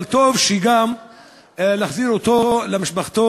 אבל טוב גם להחזיר אותו למשפחתו,